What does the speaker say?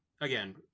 again